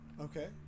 Okay